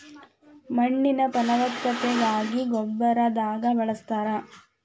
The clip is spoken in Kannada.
ಮಣ್ಣಿನ ಫಲವತ್ತತೆಗಾಗಿ ಗೊಬ್ಬರವಾಗಿ ಬಳಸ್ತಾರ